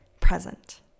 present